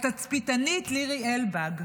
התצפיתנית לירי אלבג.